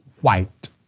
white